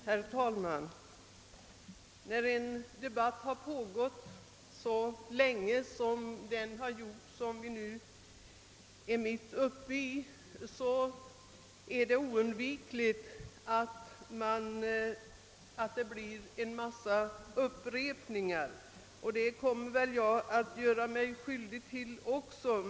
Herr talman! När en debatt har pågått så länge som denna är det oundvikligt att det blir en mängd upprepningar, och även jag kommer väl att göra mig skyldig till sådana.